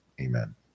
Amen